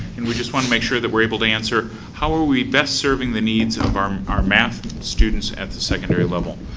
and we just want to make sure that were able to answer how are we best serving the needs of our math students at the secondary level?